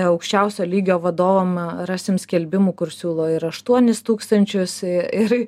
aukščiausio lygio vadovam rasim skelbimų kur siūlo ir aštuonis tūkstančius ir